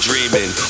dreaming